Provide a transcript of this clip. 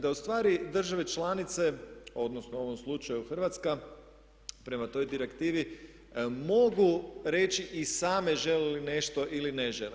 Da ustvari države članice odnosno u ovom slučaju Hrvatska prema toj direktivi mogu reći i same žele li nešto ili ne žele.